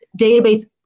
database